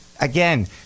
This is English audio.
again